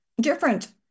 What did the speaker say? different